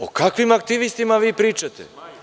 O kakvim aktivistima vi pričate?